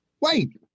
Wait